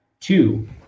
two